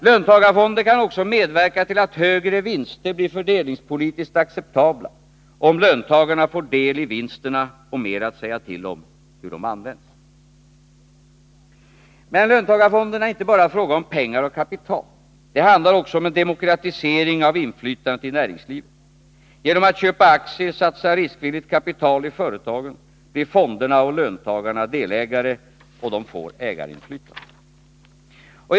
Löntagarfonder kan också medverka till att högre vinster blir fördelningspolitiskt acceptabla — om löntagarna får deli vinsterna och mer att säga till om när det gäller hur de används. Men löntagarfonderna är inte bara en fråga om pengar och kapital. Det handlar också om en demokratisering av inflytandet i näringslivet. Genom att köpa aktier, satsa riskvilligt kapital i företag, blir fonderna och löntagarna delägare i företagen. Och de får ägarinflytande.